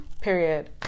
Period